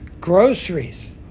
groceries